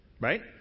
Right